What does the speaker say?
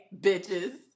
bitches